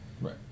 Right